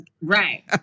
Right